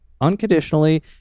unconditionally